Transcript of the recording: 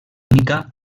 única